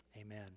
Amen